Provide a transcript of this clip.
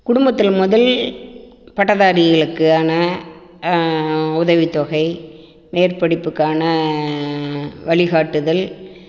குடும்பத்தில் முதல் பட்டதாரிகளுக்கான உதவித்தொகை மேற்படிப்புக்கான வழிகாட்டுதல்